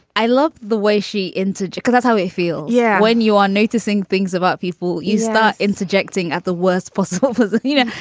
i love the way she interjects. that's how i feel. yeah. when you are noticing things about people, you start interjecting at the worst possible flaws. ah you know,